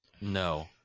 no